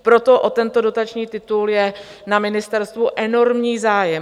Proto o tento dotační titul je na ministerstvu enormní zájem.